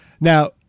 Now